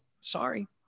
Sorry